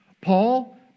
Paul